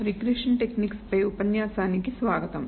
regression techniques పై ఈ ఉపన్యాసానికి స్వాగతం